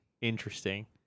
interesting